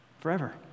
Forever